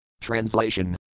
Translation